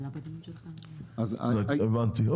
הבנתי.